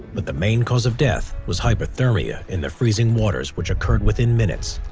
but the main cause of death was hypothermia in the freezing waters which occurred within minutes